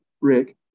Rick